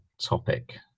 topic